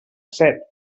set